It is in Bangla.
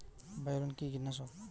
বায়োলিন কি কীটনাশক?